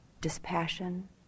dispassion